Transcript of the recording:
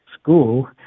school